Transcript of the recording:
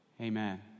Amen